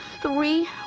three